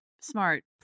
smart